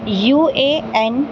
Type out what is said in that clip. U A N